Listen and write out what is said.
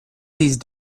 these